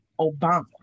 Obama